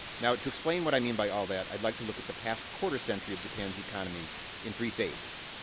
now, to explain what i mean by all of that, i'd like to look at the past quarter century of japan's economy in three phases.